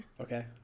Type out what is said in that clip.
Okay